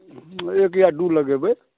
एक या दू लगेबै